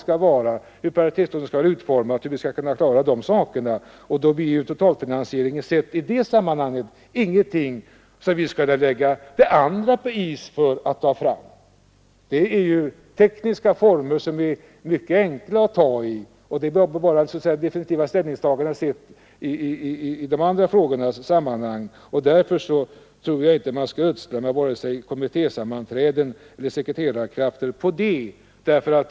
Frågan är hur paritetslånet skall vara utformat osv., och sedd i det sammanhanget blir totalfinansieringen inte en så viktig fråga att vi för att behandla det problemet bör lägga övriga frågor på is. Det rör sig ändå om tekniska lösningar som är mycket enkla att göra, och det definitiva ställningstagandet härvidlag är bara intressant sett i sammanhang med de andra frågorna. Därför tror jag inte att man skall ödsla vare sig kommittésammanträden eller sekreterarkrafter på det.